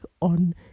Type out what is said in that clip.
on